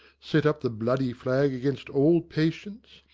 set up the bloody flag against all patience,